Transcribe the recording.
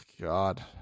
God